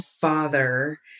father